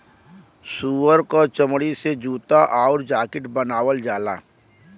सूअर क चमड़ी से जूता आउर जाकिट बनावल जाला